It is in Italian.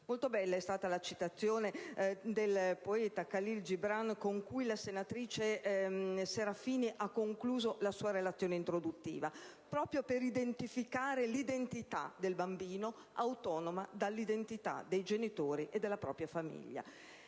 Molto bella è stata la citazione del poeta Kahlil Gibran con cui la senatrice Serafini ha concluso la sua relazione introduttiva, proprio per delineare l'identità del bambino autonoma rispetto a quella dei genitori e della propria famiglia.